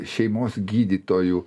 šeimos gydytojų